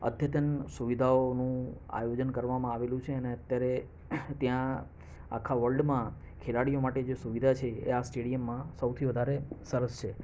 અદ્યતન સુવિધાઓનું આયોજન કરવામાં આવેલું છે અને અત્યારે ત્યાં આખા વર્લ્ડમાં ખેલાડીઓ માટે જે સુવિધા છે એ આ સ્ટેડિયમમાં સૌથી વધારે સરસ છે